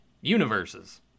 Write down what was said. universes